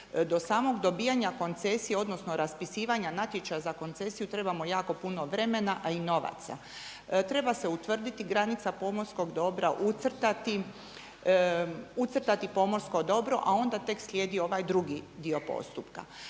do samog dobijanja koncesije, odnosno raspisivanja natječaja za koncesiju trebamo jako puno vremena, a i novaca. Treba se utvrditi granica pomorskog dobra, ucrtati pomorsko dobro, a onda tek slijedi ovaj drugi dio postupka.